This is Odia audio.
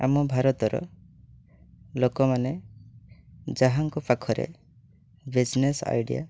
ଆମ ଭାରତର ଲୋକମାନେ ଯାହାଙ୍କ ପାଖରେ ବିଜନେସ୍ ଆଇଡ଼ିଆ